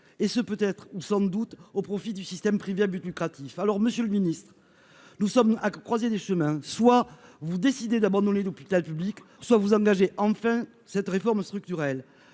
et ce peut être ou sans doute au profit du système privé à but lucratif, alors Monsieur le Ministre, nous sommes à croisée des chemins : soit vous décidez d'abord nous d'hôpital public soit vous engagez enfin cette réforme structurelle,